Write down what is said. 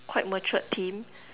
quite matured theme